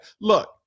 look